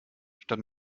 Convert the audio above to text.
statt